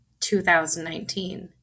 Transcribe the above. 2019